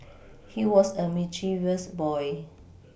he was a mischievous boy